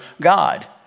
God